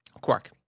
Quark